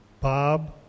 Bob